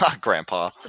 Grandpa